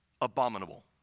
abominable